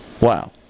Wow